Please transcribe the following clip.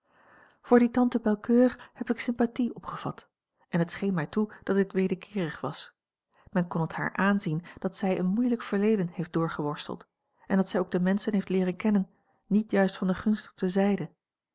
voor die tante belcoeur heb ik sympathie opgevat en het scheen mij toe dat dit wederkeerig was men kon het haar aanzien dat zij een moeielijk verleden heeft doorgeworsteld en dat zij ook de menschen heeft leeren kennen niet juist van de gunstigste zijde